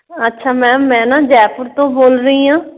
ਅੱਛਾ ਮੈਮ ਮੈਂ ਨਾ ਜੈਪੁਰ ਤੋਂ ਬੋਲ ਰਹੀ ਹਾਂ